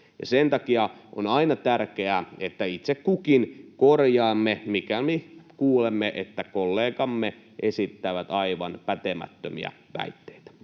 sen takia on aina tärkeää, että itse kukin korjaamme, mikäli kuulemme, että kollegamme esittävät aivan pätemättömiä väitteitä.